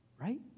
right